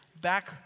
back